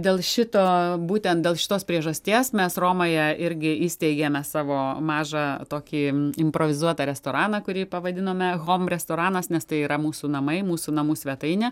dėl šito būtent dėl šitos priežasties mes romoje irgi įsteigėme savo mažą tokį improvizuotą restoraną kurį pavadinome hom restoranas nes tai yra mūsų namai mūsų namų svetainė